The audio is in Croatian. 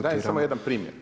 Dajem samo jedan primjer.